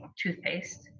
toothpaste